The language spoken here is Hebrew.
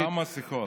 כמה שיחות.